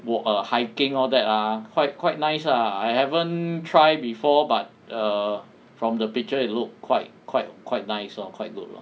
walk err hiking all that ah quite quite nice ah I haven't try before but err from the picture it look quite quite quite nice lor quite good lor